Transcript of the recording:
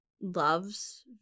loves